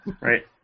Right